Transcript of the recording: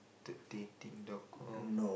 the dating dot com